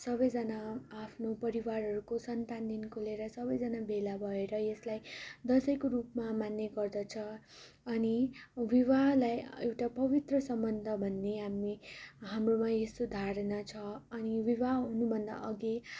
सबैजना आफ्नो परिवारहरूको सन्तानदेखिन्को लिएर सबैजना भेला भएर यसलाई दसैँको रूपमा मान्ने गर्दछ अनि विवाहलाई एउटा पवित्र सम्बन्ध भन्ने हामीमा यस्तो धारणा छ अनि विवाह हुनुभन्दा अघि